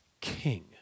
king